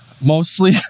mostly